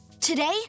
today